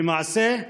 למעשה,